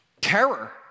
Terror